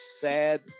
sad